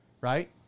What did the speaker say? right